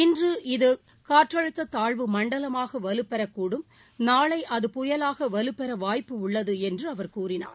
இது இன்றகாற்றழுத்ததாழ்வு மண்டலமாகவலுபெறக்கூடும் நாளைஅது புயலாகவலுப்பெறவாய்ப்பு உள்ளதுஎன்றுஅவர் கூறினார்